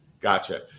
gotcha